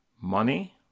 money